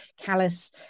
callous